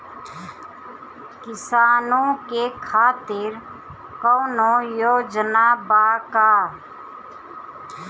किसानों के खातिर कौनो योजना बा का?